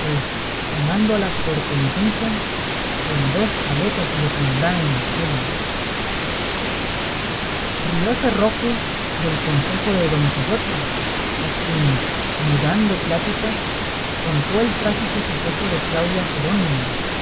que tomándolas por penitencia en dos paletas le pondrán en el cielo rióse roque del consejo de don quijote a quien mudando plática contó el trágico suceso de claudia jerónima